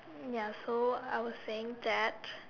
ya so I was saying that